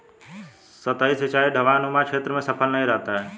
सतही सिंचाई ढवाऊनुमा क्षेत्र में सफल नहीं रहता है